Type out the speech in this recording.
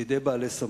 בידי בעלי סמכות,